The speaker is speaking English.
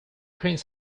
prince